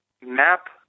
map